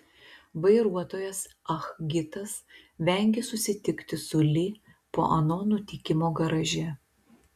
vairuotojas ah gitas vengė susitikti su li po ano nutikimo garaže